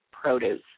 produce